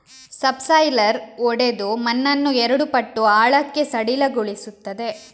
subsoiler ಒಡೆದು ಮಣ್ಣನ್ನು ಎರಡು ಪಟ್ಟು ಆಳಕ್ಕೆ ಸಡಿಲಗೊಳಿಸುತ್ತದೆ